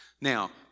Now